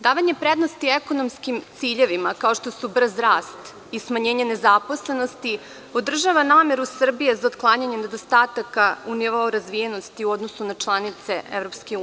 Davanje prednosti ekonomskim ciljevima, kao što su brz rast i smanjenje nezaposlenosti, održava nameru Srbije za otklanjanjem nedostataka u nivou razvijenosti u odnosu na članice EU.